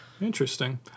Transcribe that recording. Interesting